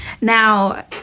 Now